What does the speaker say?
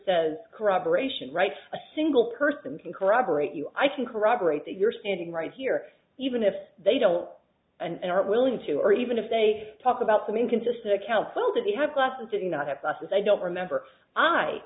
says corroboration write a single person can corroborate you i can corroborate that you're standing right here even if they don't and aren't willing to or even if they talk about them inconsistent accounts all that have classes to not have classes i don't remember i